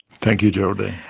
thank you, geraldine.